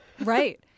Right